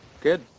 Good